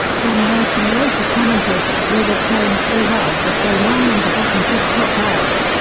don nelson later commented we were playing so well for so long and the bottom just dropped out.